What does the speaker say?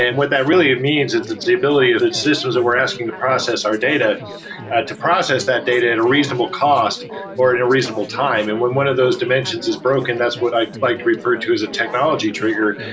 and what that really means is it's the ability of systems that we're asking to process our data ah to process that data in a reasonable cost or in a reasonable time. and when one of those dimensions is broken, that's what i'd like to refer to as a technology trigger.